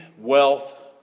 wealth